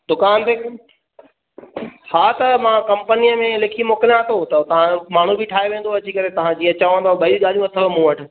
दुकानु ते हा त मां कंपनीअ में लिखी मोकिलियां थो त तव्हां माण्हू ई ठाहे वेंदो अची करे तव्हां जीअं चवंदव ॿई ॻाल्हियूं अथव मूं वटि